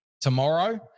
tomorrow